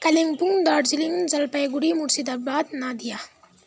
Kalimpong Darjeeling Jalpaiguri Murshidabad Nadia